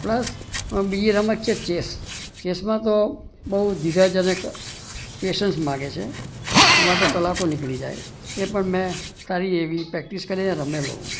plus આમાં બીજી રમત છે ચેસ ચેસમાં તો બહુ ધીરજ અનેક પેસન્સ માગે છે એમાં તો કલાકો નીકળી જાય એ પણ મેં સારી એવી પ્રેક્ટિસ કરીને રમેલો હું